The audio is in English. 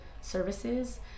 services